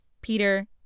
Peter